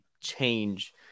change